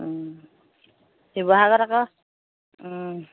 শিৱসাগত আকৌ